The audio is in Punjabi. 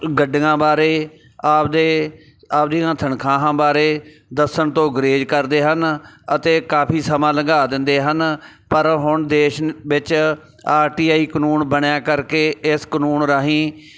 ਗੱਡੀਆਂ ਬਾਰੇ ਆਪਦੇ ਆਪਦੀਆਂ ਤਨਖਾਹਾਂ ਬਾਰੇ ਦੱਸਣ ਤੋਂ ਗੁਰਹੇਜ਼ ਕਰਦੇ ਹਨ ਅਤੇ ਕਾਫੀ ਸਮਾਂ ਲੰਘਾ ਦਿੰਦੇ ਹਨ ਪਰ ਹੁਣ ਦੇਸ਼ ਵਿੱਚ ਆਰ ਟੀ ਆਈ ਕਾਨੂੰਨ ਬਣਿਆ ਕਰਕੇ ਇਸ ਕਾਨੂੰਨ ਰਾਹੀਂ